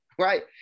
right